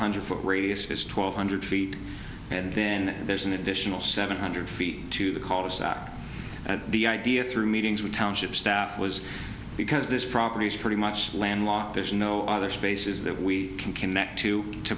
hundred foot radius is twelve hundred feet and then there's an additional seven hundred feet to the caller's out at the idea through meetings with township staff was because this property is pretty much landlocked there's no other spaces that we can connect to to